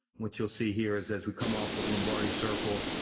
what you'll see here is, as we come off of lombardi circle,